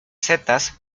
setas